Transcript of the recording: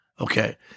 Okay